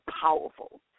powerful